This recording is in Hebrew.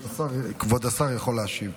כבוד השר יכול להשיב.